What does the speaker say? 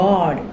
God